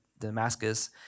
Damascus